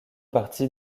parti